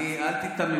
אל תיתממי.